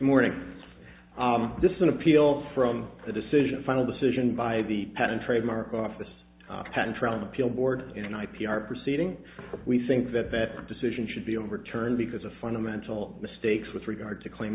morning this is an appeal from the decision final decision by the patent trademark office patent trolling appeal board in i p r proceeding we think that that decision should be overturned because a fundamental mistakes with regard to claim